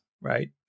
right